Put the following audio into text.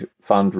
fund